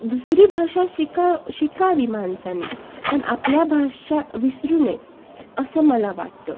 दुसरी भाषा शिकावं शिकावी माणसांनी पण आपल्या भाषा विसरू नये असं मला वाटतं